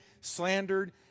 slandered